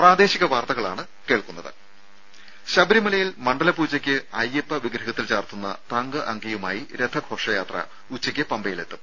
രംഭ ശബരിമലയിൽ മണ്ഡലപൂജയ്ക്ക് അയ്യപ്പ വിഗ്രഹത്തിൽ ചാർത്തുന്ന തങ്കഅങ്കിയുമായി രഥഘോഷയാത്ര ഉച്ചയ്ക്ക് പമ്പയിലെത്തും